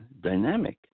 Dynamic